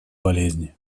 болезни